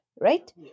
Right